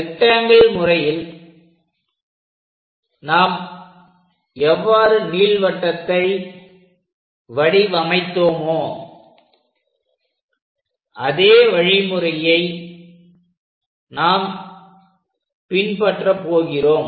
rectangle முறையில் நாம் எவ்வாறு நீள்வட்டத்தை வடிவமைத்தோமோ அதே வழிமுறையை இங்கே நாம் பின்பற்ற போகிறோம்